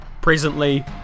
Presently